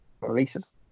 releases